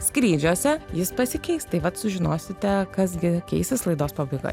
skrydžiuose jis pasikeis taip vat sužinosite kas gi keisis laidos pabaigoj